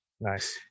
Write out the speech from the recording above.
Nice